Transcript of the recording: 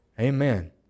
Amen